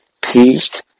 Peace